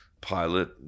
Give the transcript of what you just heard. pilot